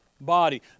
body